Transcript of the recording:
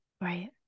Right